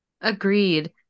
Agreed